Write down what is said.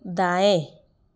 दाएँ